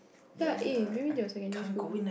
ya eh bring me to your secondary school